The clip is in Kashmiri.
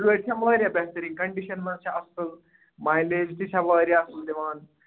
گٲڑۍ چھِ واریاہ بہتریٖن کَنٛڈِشَن منٛز چھِ اَصٕل مایلیج تہِ چھےٚ واریاہ اَصٕل دِوان